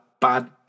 bad